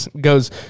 goes